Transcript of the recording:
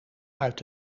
uit